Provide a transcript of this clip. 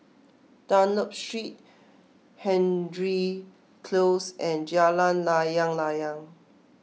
Dunlop Street Hendry Close and Jalan Layang Layang